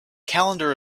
calendar